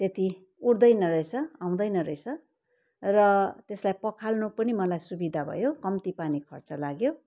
त्यति उठ्दैन रहेछ आउँदैन रहेछ र त्यसलाई पखाल्नु पनि मलाई सुविधा भयो कम्ती पानी खर्च लाग्यो